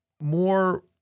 more